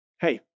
hey